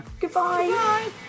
Goodbye